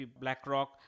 BlackRock